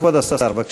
כבוד השר, בבקשה.